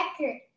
record